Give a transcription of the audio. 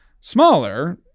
smaller